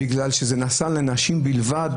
בגלל שזה נעשה לנשים בלבד.